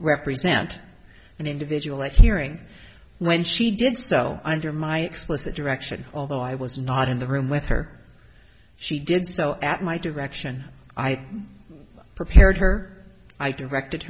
represent an individual at hearing when she did so under my explicit direction although i was not in the room with her she did so at my direction i prepared her i directed